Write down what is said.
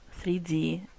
3d